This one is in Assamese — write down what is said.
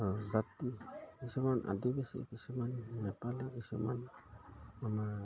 আৰু জাতি কিছুমান আদিবাসী কিছুমান নেপালী কিছুমান আমাৰ